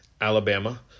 Alabama